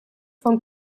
vom